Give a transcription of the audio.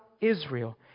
Israel